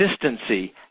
consistency